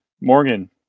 Morgan